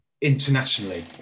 internationally